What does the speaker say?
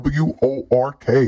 work